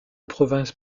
province